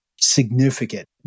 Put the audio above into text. significant